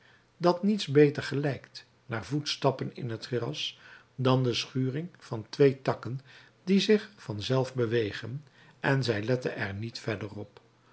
dat niets beter gelijkt naar voetstappen in het gras dan de schuring van twee takken die zich vanzelf bewegen en zij lette er niet verder op